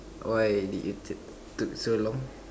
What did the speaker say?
why did you took took so long